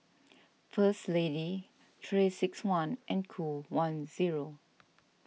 First Lady three six one and Qoo one zero